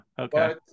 Okay